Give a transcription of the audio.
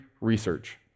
research